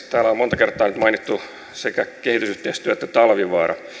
täällä on monta kertaa nyt mainittu sekä kehitysyhteistyö että talvivaara